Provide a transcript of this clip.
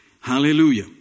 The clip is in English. Hallelujah